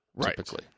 typically